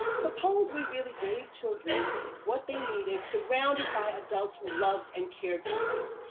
suppose we really gave children what they needed surrounded by adults who loved and cared for them,